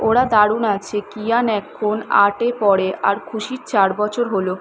ওরা দারুণ আছে কিয়ান এখন আটে পড়ে আর খুশির চার বছর হল